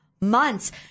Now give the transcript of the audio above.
months